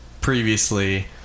previously